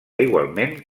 igualment